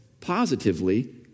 positively